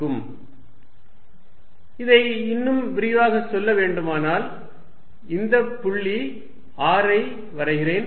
Er14π0qr azr az3 qrazraz3 இதை இன்னும் விரிவாகச் சொல்ல வேண்டுமானால் இந்த புள்ளி r ஐ வரைகிறேன்